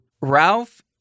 Ralph